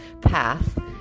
path